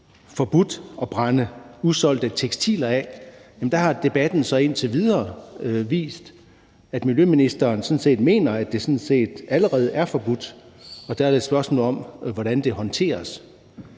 forbudt at brænde usolgte tekstiler af, vil jeg sige, at debatten indtil videre har vist, at miljøministeren sådan set mener, at det allerede er forbudt, og der er det et spørgsmål om, hvordan det håndteres.